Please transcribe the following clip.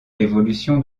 l’évolution